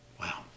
Wow